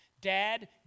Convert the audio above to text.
Dad